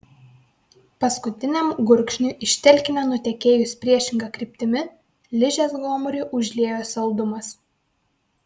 paskutiniam gurkšniui iš telkinio nutekėjus priešinga kryptimi ližės gomurį užliejo saldumas